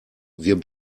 wir